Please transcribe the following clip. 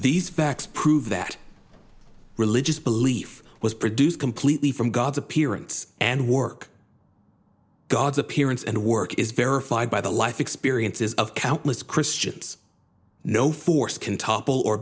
these facts prove that religious belief was produced completely from god's appearance and work god's appearance and work is verified by the life experiences of countless christians no force can topple or